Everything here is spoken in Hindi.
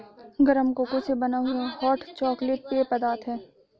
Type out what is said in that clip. गरम कोको से बना हुआ हॉट चॉकलेट पेय पदार्थ है